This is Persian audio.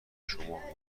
شما